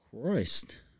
Christ